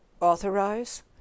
authorize